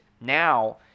now